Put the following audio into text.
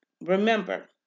remember